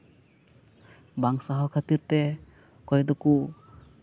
ᱵᱟᱝ ᱥᱟᱦᱟᱣ ᱠᱷᱟᱹᱛᱤᱨ ᱛᱮ ᱚᱠᱚᱭ ᱫᱚᱠᱚ